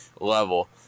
level